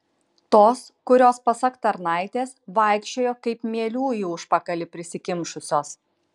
tos kurios pasak tarnaitės vaikščiojo kaip mielių į užpakalį prisikimšusios